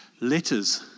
Letters